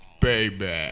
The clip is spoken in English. baby